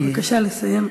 בבקשה לסיים.